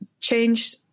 change